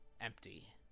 empty